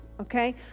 okay